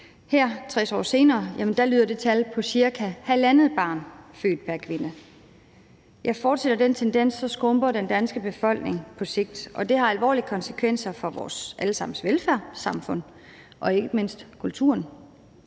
Her 60 år senere lyder det tal på cirka halvandet barn født pr. kvinde. Fortsætter den tendens, skrumper den danske befolkning på sigt, og det har alvorlige konsekvenser for vores alle sammens velfærdssamfund og ikke mindst kulturen.